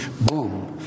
boom